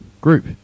group